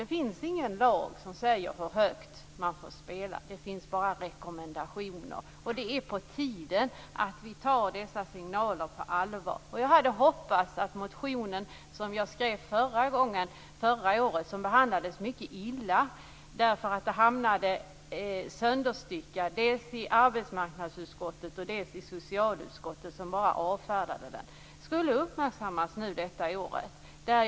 Det finns ingen lag som säger hur högt man får spela. Det finns bara rekommendationer. Det är på tiden att vi tar dessa signaler på allvar. Jag hoppades att den motion jag väckte förra året skulle uppmärksammas i år. Förra årets motion behandlades illa. Den hamnade sönderstyckad i dels arbetsmarknadsutskottet, dels i socialutskottet. Den bara avfärdades.